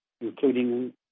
including